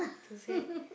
to say